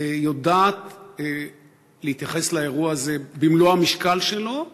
יודעת להתייחס לאירוע הזה במלוא המשקל שלו,